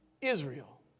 Israel